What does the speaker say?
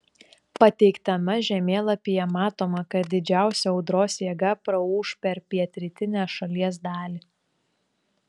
pateiktame žemėlapyje matoma kad didžiausia audros jėga praūš per pietrytinę šalies dalį